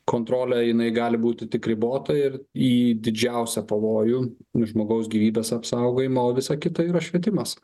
kontrolė jinai gali būti tik ribota ir į didžiausią pavojų žmogaus gyvybės apsaugojimo o visa kita yra švietimas